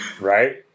Right